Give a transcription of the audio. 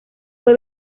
fue